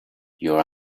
your